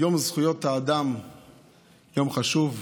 יום זכויות האדם יום חשוב,